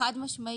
חד משמעי,